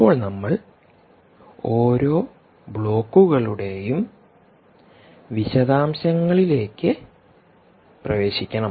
ഇപ്പോൾ നമ്മൾ ഓരോ ബ്ലോക്കുകളുടെയും വിശദാംശങ്ങളിലേയ്ക്ക് പ്രവേശിക്കണം